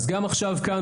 אז גם עכשיו כאן,